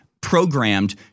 programmed